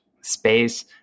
space